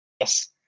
Yes